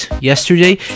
yesterday